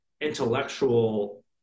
intellectual